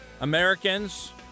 Americans